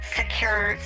secure